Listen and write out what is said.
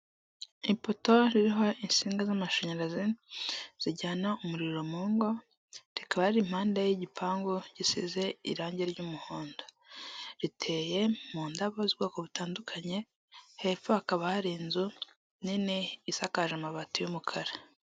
epoto iriho insinga z'amashanyarazi zijyana umuriro mu ngo rikaba riri impande y'igipangu gisize irange ry'umuhondo. Riteye mu ndabo z'ubwoko butandukanye, hepfo hakaba hari inzu nini isakaje amabati y'umukara.